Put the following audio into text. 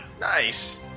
Nice